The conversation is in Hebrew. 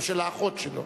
או של אחות שלו.